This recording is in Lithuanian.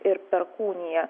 ir perkūnija